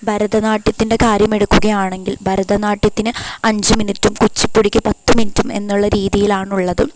ഇപ്പോള് ഭരതനാട്യത്തിന്റെ കാര്യം എടുക്കുകയാണെങ്കിൽ ഭരതനാട്യത്തിന് അഞ്ച് മിനിറ്റും കുച്ചിപ്പുടിക്ക് പത്ത് മിനിറ്റും എന്നുള്ള രീതിയിലാണ് ഉള്ളത്